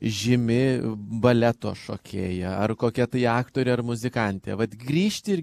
žymi baleto šokėja ar kokia tai aktorė ar muzikantė vat grįžti ir